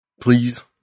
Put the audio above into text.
please